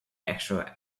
extra